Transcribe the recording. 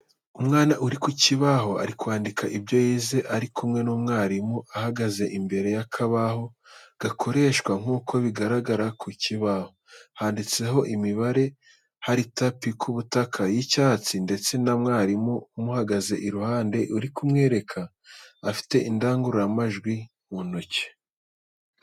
Umwana uri ku kibaho, ari kwandika ibyo yize, ari kumwe n’umwarimu ahagaze imbere y’akabaho gakoreshwa nk’uko bigaragara ku kibaho handitseho imibare. Hari tapi ku butaka y'icyatsi ndetse na mwarimu umuhagaze iruhande uri kumwerekera afite indangururamajwi mu ntoki.